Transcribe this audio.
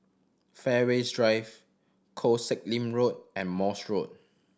Fairways Drive Koh Sek Lim Road and Morse Road